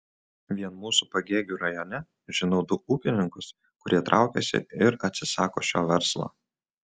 vien mūsų pagėgių rajone žinau du ūkininkus kurie traukiasi ir atsisako šio verslo